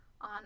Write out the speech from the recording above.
on